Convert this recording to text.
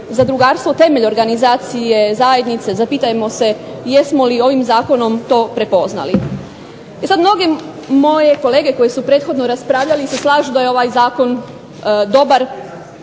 zadrugarstvo temelj organizacije zajednice, zapitajmo se jesmo li ovim zakonom to prepoznali. E sad mnoge moje kolege koji su prethodno raspravljali se slažu da je ovaj zakon dobar,